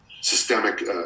systemic